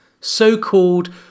so-called